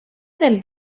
del